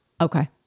okay